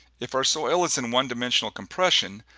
if our soil is in one dimensional compression,